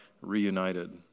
reunited